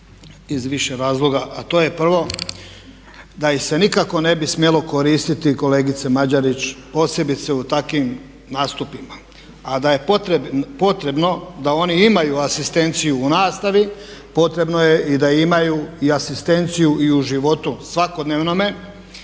iz više razloga, a to je prvo da ih se nikako ne bi smjelo koristiti kolegice Mađerić posebice u takim nastupima. A da je potrebno da oni imaju asistenciju u nastavi, potrebno je i da imaju i asistenciju i u životu svakodnevnome.